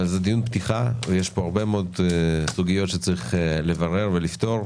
אבל זה דיון פתיחה ויש פה הרבה מאוד סוגיות שצריך לברר ולפתור,